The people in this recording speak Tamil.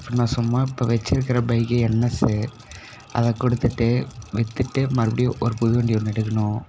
இப்போ நான் சும்மா இப்போ வெச்சுருக்குற பைக்கு என்எஸ்ஸு அதை கொடுத்துட்டு விற்றுட்டு மறுபடி ஒரு புது வண்டி ஒன்று எடுக்கணும்